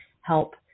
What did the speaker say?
help